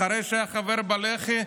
אחרי שהיה חבר בלח"י,